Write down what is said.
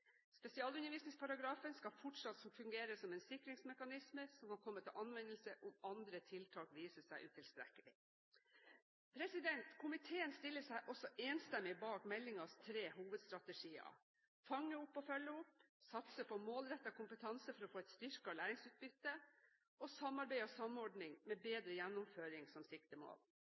Spesialundervisningsparagrafen skal fortsatt fungere som en sikringsmekanisme som kan komme til anvendelse om andre tiltak viser seg utilstrekkelige. Komiteen stiller seg også enstemmig bak meldingens tre hovedstrategier: fange opp og følge opp satse på målrettet kompetanse for å få et styrket læringsutbytte samarbeid og samordning, med bedre gjennomføring som siktemål